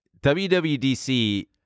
WWDC